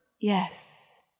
Yes